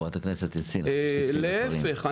להפך,